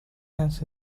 has